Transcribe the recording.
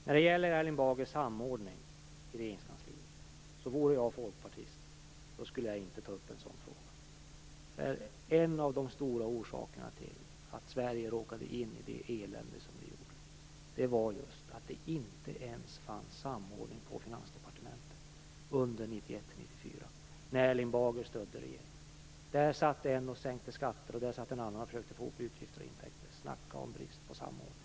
När det gäller det som Erling Bager sade om samordning i Regeringskansliet vill jag säga att om jag vore folkpartist skulle jag inte ta upp en sådan fråga. En av de stora orsakerna till att Sverige råkade in i det elände som man gjorde var nämligen att det inte fanns samordning ens på Finansdepartementet under 1991 1994 då Erling Bager stödde regeringen. Då satt en där och sänkte skatter, och en annan försökte få utgifter och intäkter att gå ihop. Snacka om brist på samordning!